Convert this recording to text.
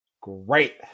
great